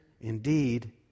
indeed